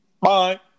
Bye